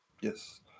Yes